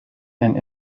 and